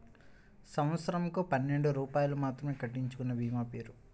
సంవత్సరంకు పన్నెండు రూపాయలు మాత్రమే కట్టించుకొనే భీమా పేరు?